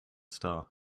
star